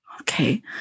Okay